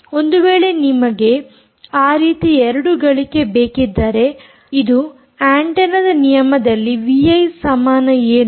ಒಂದು ವೇಳೆ ನಿಮಗೆ ಆ ರೀತಿ 2 ಗಳಿಕೆ ಬೇಕಿದ್ದರೆ ಇದು ಆಂಟೆನ್ನ ನಿಯಮದಲ್ಲಿ ವಿಐ ಸಮಾನ ಏನು